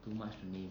too much to name